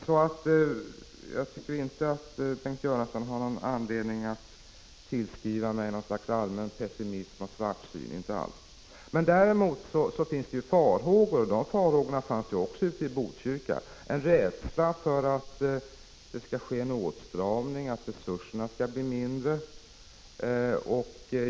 Därför har Bengt Göransson inte någon anledning att tillskriva mig någon allmän pessimism och svartsyn — inte alls. Däremot finns det farhågor, och de farhågorna finns också i Botkyrka. Det gäller en rädsla för att det skall ske åtstramningar, att resurserna skall bli mindre.